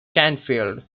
canfield